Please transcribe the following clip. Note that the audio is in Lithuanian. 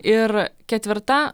ir ketvirta